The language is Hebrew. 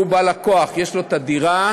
שהוא בעל הכוח, יש לו הדירה,